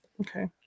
okay